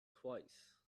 twice